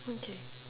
okay